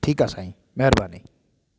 ठीकु आहे साईं महिरबानी